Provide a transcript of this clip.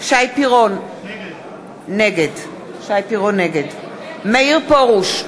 שי פירון, נגד מאיר פרוש,